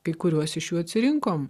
kai kuriuos iš jų atsirinkom